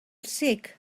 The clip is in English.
sick